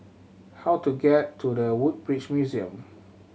how do get to The Woodbridge Museum